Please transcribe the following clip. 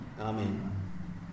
Amen